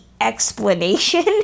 explanation